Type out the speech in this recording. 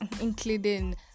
including